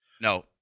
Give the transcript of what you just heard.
No